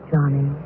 Johnny